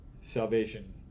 salvation